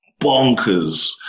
bonkers